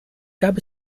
gab